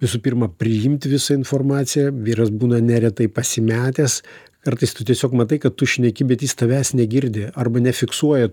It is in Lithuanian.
visų pirma priimt visą informaciją vyras būna neretai pasimetęs kartais tu tiesiog matai kad tu šneki bet jis tavęs negirdi arba nefiksuoja